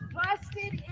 busted